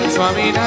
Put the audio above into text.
Swami